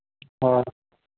हाँ